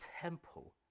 temple